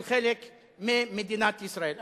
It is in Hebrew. כאל חלק ממדינת ישראל.